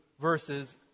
verses